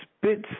spits